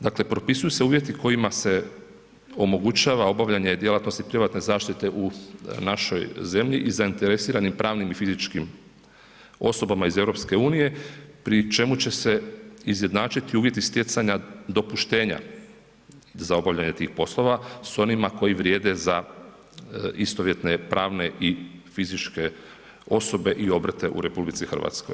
Dakle propisuje se uvjeti kojim se omogućava obavljanje djelatnosti privatne zaštite u našoj zemlji i zainteresiranim pravnim i fizičkim osobama iz EU pri čemu će se izjednačiti uvjeti stjecanja dopuštenja za obavljanje tih poslova s onima koji vrijede za istovjetne pravne i fizičke poslove i obrte u RH.